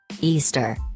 Easter